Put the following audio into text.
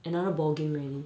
another ball game already